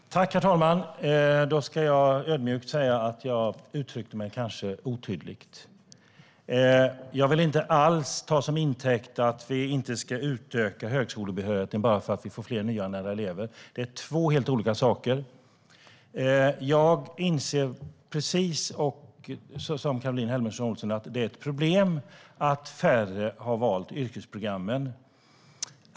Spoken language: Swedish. Herr talman! Jag yrkar alltså bifall till våra reservationer 5 och 7. Jag ska ödmjukt säga att jag kanske uttryckte mig otydligt. Jag vill inte alls ta fler nyanlända elever till intäkt för att vi inte ska utöka högskolebehörigheten. Det är två helt olika saker. Jag inser precis som Caroline Helmersson Olsson att det är ett problem att färre har valt yrkesprogrammen.